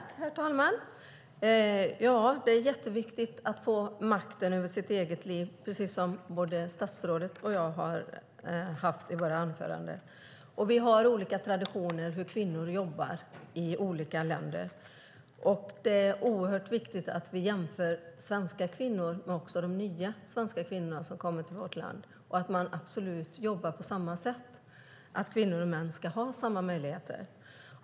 Herr talman! Det är jätteviktigt att få makten över sitt eget liv. Det har både statsrådet och jag sagt i våra anföranden. Det är olika traditioner när det gäller hur kvinnor jobbar i olika länder. Det är viktigt att vi jämför svenska kvinnor med de nya svenska kvinnor som kommer till vårt land och att vi jobbar för att kvinnor och män ska ha samma möjligheter.